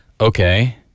okay